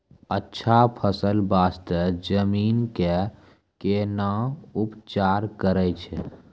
अच्छा फसल बास्ते जमीन कऽ कै ना उपचार करैय छै